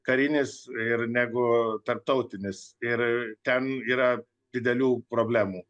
karinis ir negu tarptautinis ir ten yra didelių problemų